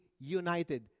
united